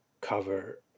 cover